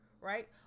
right